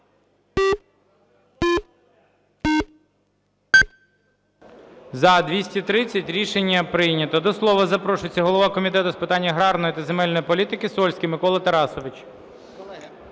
За-230 Рішення прийнято. До слова запрошується голова Комітету з питань аграрної та земельної політики Сольський Микола Тарасович.